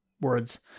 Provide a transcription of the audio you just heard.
words